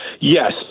yes